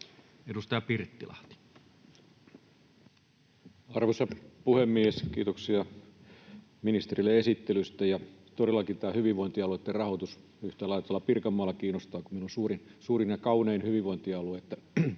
18:08 Content: Arvoisa puhemies! Kiitoksia ministerille esittelystä. — Todellakin tämä hyvinvointialueitten rahoitus yhtä lailla tuolla Pirkanmaalla kiinnostaa, kun meillä on suurin ja kaunein hyvinvointialue.